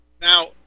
now